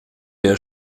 der